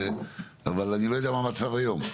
אבל אני יודע מה המצב היום.